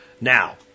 Now